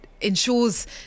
ensures